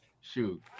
Shoot